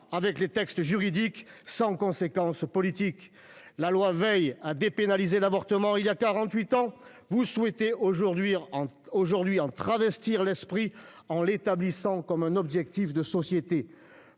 avec les textes juridiques sans conséquence politique. La loi Veil a dépénalisé l'avortement voilà quarante-huit ans. Vous souhaitez aujourd'hui en travestir l'esprit, en l'établissant comme un objectif de société.